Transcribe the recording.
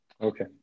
Okay